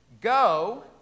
Go